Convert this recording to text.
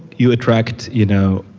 you attract you know